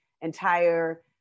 entire